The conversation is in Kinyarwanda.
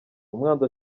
umwanzi